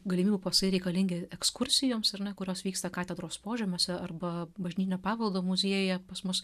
galimybių pasai reikalingi ekskursijoms ar ne kurios vyksta katedros požemiuose arba bažnytinio paveldo muziejuje pas mus